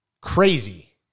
Crazy